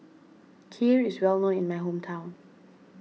Kheer is well known in my hometown